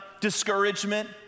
discouragement